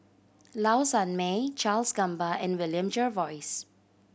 Low Sanmay Charles Gamba and William Jervois